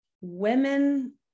women